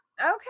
Okay